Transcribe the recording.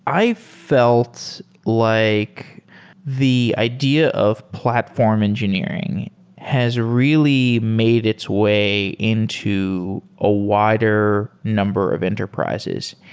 i felts like the idea of platform engineering has really made its way into a wider number of enterprises.